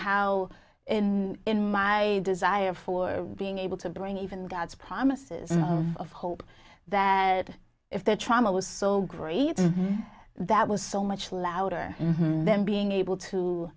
w in my desire for being able to bring even god's promises of hope that if the trauma was so great that was so much louder then being able to